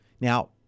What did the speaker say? Now